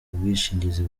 ubwishingizi